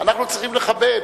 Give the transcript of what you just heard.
אנחנו צריכים לכבד.